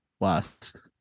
last